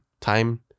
Time